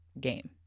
game